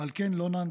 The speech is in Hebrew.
ועל כן לא נענתה.